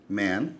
man